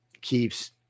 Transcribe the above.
keeps